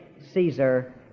Caesar